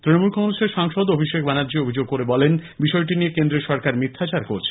তৃণমূল কংগ্রেসের সাংসদ অভিষেক ব্যানার্জী অভিযোগ করে বলেন বিষয়টি নিয়ে কেন্দ্রের সরকার মিথ্যাচার করছে